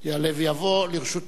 לרשותו רק שלוש דקות.